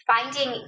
Finding